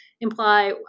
imply